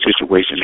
situation